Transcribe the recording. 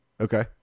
okay